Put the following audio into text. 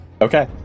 Okay